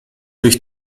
durch